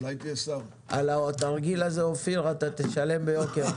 על התרגיל הזה, אופיר, אתה תשלם ביוקר.